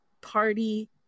party